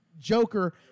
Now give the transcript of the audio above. Joker